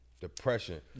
Depression